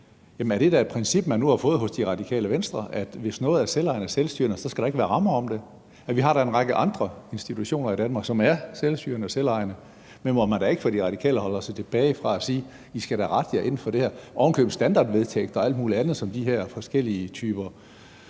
er det da et princip, man nu har fået hos Radikale Venstre, at hvis noget er selvejende og selvstyrende, så skal der ikke være rammer om det? Vi har en række andre institutioner i Danmark, som er selvstyrende og selvejende, men hvor man ikke fra De Radikales side holder sig tilbage fra at sige: I skal da rette jer efter og holde jer inden for det her. Det er oven i købet standardvedtægter og alt muligt andet, som de her forskellige typer